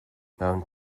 mewn